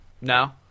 No